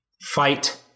fight